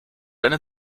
eine